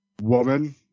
woman